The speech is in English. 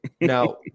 Now